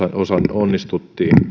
onnistuttiin